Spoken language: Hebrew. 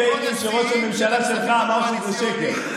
אתם דיברתם על כל מיני פייקים שראש הממשלה שלך אמר שזה שקר.